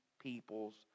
people's